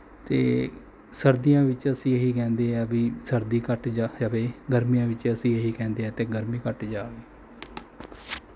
ਅਤੇ ਸਰਦੀਆਂ ਵਿੱਚ ਅਸੀਂ ਇਹੀ ਕਹਿੰਦੇ ਹਾਂ ਵੀ ਸਰਦੀ ਘੱਟ ਜਾ ਜਾਵੇ ਗਰਮੀਆਂ ਵਿੱਚ ਅਸੀਂ ਇਹ ਹੀ ਕਹਿੰਦੇ ਹਾਂ ਅਤੇ ਗਰਮੀ ਘੱਟ ਜਾਵੇ